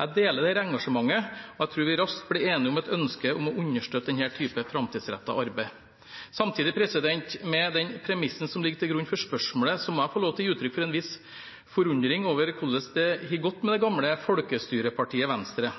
Jeg deler dette engasjementet, og jeg tror vi raskt blir enige om et ønske om å understøtte denne typen framtidsrettet arbeid. Samtidig, med den premissen som ligger til grunn for spørsmålet, må jeg få lov til å gi uttrykk for en viss forundring over hvordan det har gått med det gamle folkestyrepartiet Venstre.